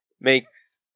makes